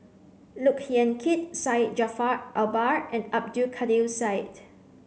Look Yan Kit Syed Jaafar Albar and Abdul Kadir Syed